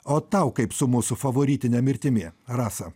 o tau kaip su mūsų favorite mirtimi rasa